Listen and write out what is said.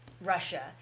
Russia